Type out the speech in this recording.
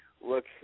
Look